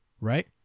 right